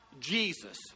Jesus